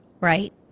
right